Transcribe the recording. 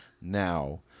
now